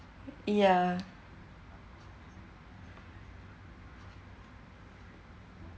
ya